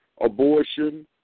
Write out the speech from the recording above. abortion